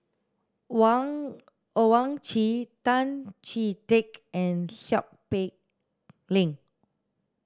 Wang Owyang Chi Tan Chee Teck and Seow Peck Leng